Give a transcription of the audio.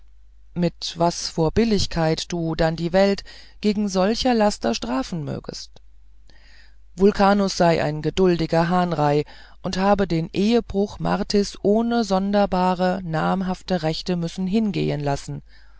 mit was vor billigkeit du dann die welt wegen solcher laster strafen mögest vulcanus sei ein gedultiger hahnrei und habe den ehebruch martis ohn sonderbare namhafte rache müssen hingehen lassen